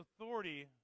authority